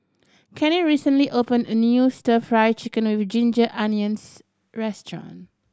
Cannie recently opened a new Stir Fry Chicken with ginger onions restaurant